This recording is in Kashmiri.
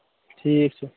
ٹھیٖک چھُ